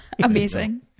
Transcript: amazing